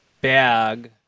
bag